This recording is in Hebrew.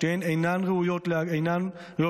שניהם אינם ראויים להגנה,